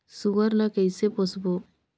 सुअर ला कइसे पोसबो?